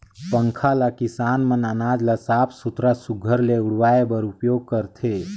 पंखा ल किसान मन अनाज ल साफ सुथरा सुग्घर ले उड़वाए बर उपियोग करथे